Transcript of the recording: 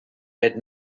had